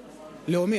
הלאומי.